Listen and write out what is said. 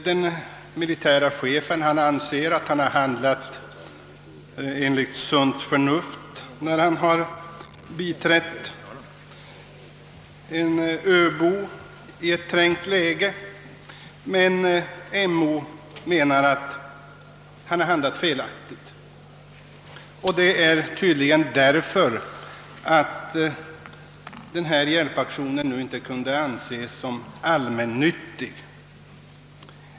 Den militäre chefen anser att han handlat enligt sunt förnuft när han biträtt en öbo i trängt läge, men MO menar att han handlat felaktigt, detta tydligen därför att hjälpaktionen inte kan anses som allmännyttig.